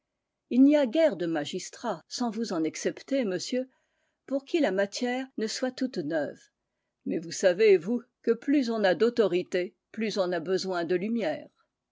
il n'y a guère de magistrats sans vous en excepter monsieur pour qui la matière ne soit toute neuve mais vous savez vous que plus on a d'autorité plus on a besoin de lumières